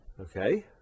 Okay